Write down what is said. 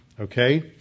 okay